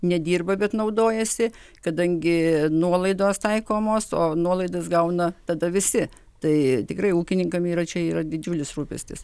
nedirba bet naudojasi kadangi nuolaidos taikomos o nuolaidas gauna tada visi tai tikrai ūkininkam yra čia yra didžiulis rūpestis